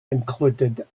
included